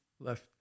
left